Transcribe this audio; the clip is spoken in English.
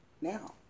now